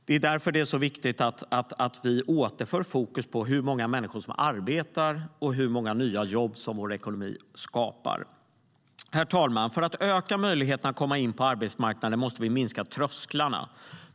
Det är därför som det är så viktigt att vi återför fokus på hur många människor som arbetar och hur många nya jobb som vår ekonomi skapar. Herr talman! För att öka möjligheten att komma in på arbetsmarknaden måste vi minska trösklarna.